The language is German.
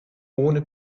ohne